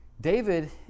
David